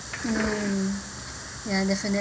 mm ya definitely